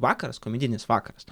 vakaras komedinis vakaras